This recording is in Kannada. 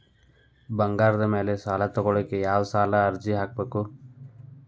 ಬಂಗಾರದ ಮ್ಯಾಲೆ ಸಾಲಾ ತಗೋಳಿಕ್ಕೆ ಯಾವ ಸಾಲದ ಅರ್ಜಿ ಹಾಕ್ಬೇಕು?